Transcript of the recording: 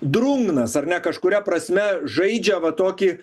drungnas ar ne kažkuria prasme žaidžia va tokį